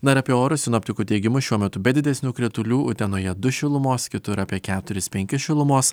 dar apie orus sinoptikų teigimu šiuo metu be didesnių kritulių utenoje du šilumos kitur apie keturis penkis šilumos